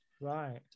right